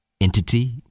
entity